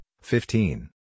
fifteen